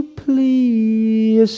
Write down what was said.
please